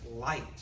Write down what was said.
light